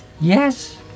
Yes